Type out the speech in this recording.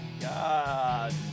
God